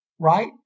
Right